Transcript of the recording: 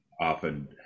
often